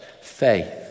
faith